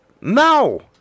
No